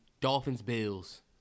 Dolphins-Bills